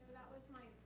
was my